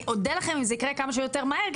אני אודה לכם אם זה יקרה כמה שיותר מהר,